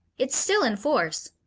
it's still in force